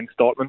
Dortmund